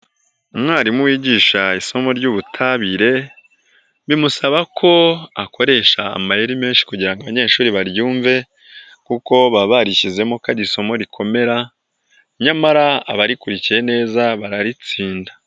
Umwarimu wigisha isomo ry'ubutabire, bimusaba ko akoresha amayeri menshi kugira ngo abanyeshuri baryumve kuko baba barishyizemo ko ari isomo rikomera, nyamara abarikurikiye neza bararitsinda.